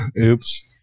Oops